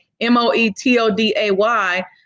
M-O-E-T-O-D-A-Y